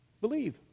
Believe